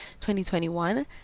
2021